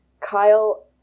Kyle